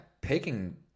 picking